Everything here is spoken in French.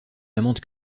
amante